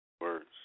Words